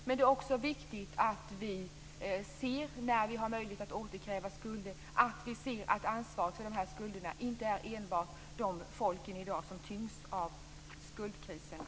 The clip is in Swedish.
Men det är också viktigt att vi, när vi har möjlighet att återkräva skulder, ser att ansvaret för de här skulderna inte enbart ligger på de folk som i dag tyngs av skuldkriserna.